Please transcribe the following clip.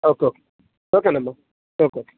okay ఓకేనమ్మ okay